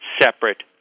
separate